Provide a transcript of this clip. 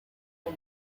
and